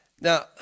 Now